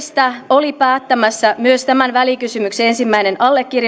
oli päättämässä myös tämän välikysymyksen ensimmäinen allekirjoittaja edustaja ville